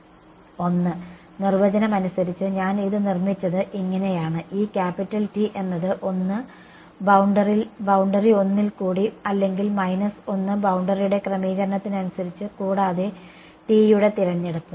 1 നിർവചനം അനുസരിച്ച് ഞാൻ ഇത് നിർമ്മിച്ചത് ഇങ്ങനെയാണ് ഈ ക്യാപിറ്റൽ T എന്നത് ഒന്ന് ബൌണ്ടറി 1 ൽ കൂടി അല്ലെങ്കിൽ മൈനസ് 1 ബൌണ്ടറിയുടെ ക്രമീകരണത്തിനനുസരിച്ച് കൂടാതെ t യുടെ തിരഞ്ഞെടുപ്പ്